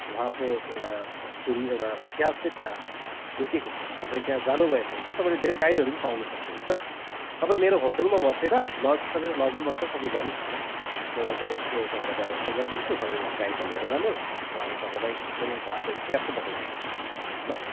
उहाँको एउटा स्टोरी एउटा इतिहास चाहिँ त्यहाँ लुकेको छ तपाईँ त्यहाँ जानुभएछ भने चाहिँ तपाईँले धेरै गाइडहरू पनि पाउन सक्नुहुन्छ तपाईँ मेरो होटलमा बसेर लज छ मेरो लजमा बसेर तपाईँ जानुहोस् न म एउटा गाइडको तपाईँलाई व्यवस्था गरिदिन्छु तपाईँ वहाँ गाइडलाई लिएर जानुहोस् उहाँले तपाईँलाई एकदमै वहाँको इतिहास चाहिँ बताइदिनु हुन्छ ल